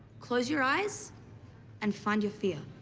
close your eyes and find your fear.